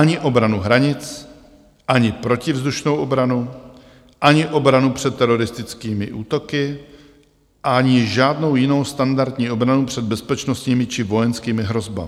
Ani obranu hranic, ani protivzdušnou obranu, ani obranu před teroristickými útoky, ani žádnou jinou standardní obranu před bezpečnostními či vojenskými hrozbami.